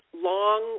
long